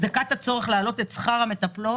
לצורך להעלות את שכרן,